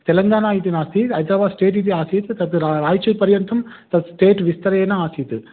तेलङ्गणा इति नास्ति हैदराबादः स्टेट् इति आसीत् तद् रा रायचूरः पर्यन्तं तत् स्टेट् विस्तारेण आसीत्